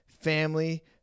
family